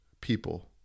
people